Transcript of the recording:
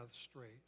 straight